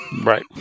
Right